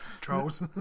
trolls